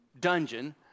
dungeon